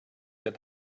that